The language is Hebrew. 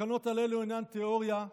התקנות האלו אינן תאוריה,